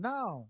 Now